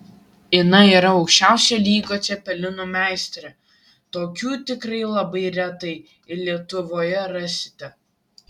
ina yra aukščiausio lygio cepelinų meistrė tokių tikrai labai retai ir lietuvoje rasite